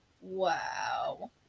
Wow